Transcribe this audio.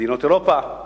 מדינות אירופה,